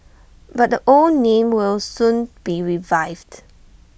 but the old name will soon be revived